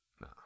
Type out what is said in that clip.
No